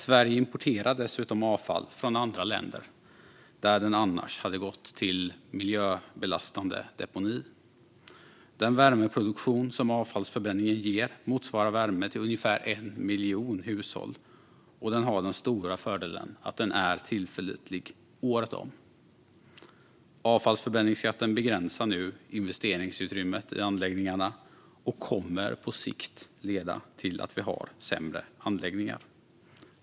Sverige importerar dessutom avfall från andra länder där det annars hade gått till miljöbelastande deponi. Den värmeproduktion som avfallsförbränningen ger motsvarar värme till ungefär 1 miljon hushåll och har den stora fördelen att den är tillförlitlig året om. Avfallsförbränningsskatten begränsar nu investeringsutrymmet i anläggningarna och kommer på sikt att leda till att vi har sämre anläggningar.